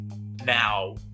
now